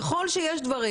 ככל שיש דברים,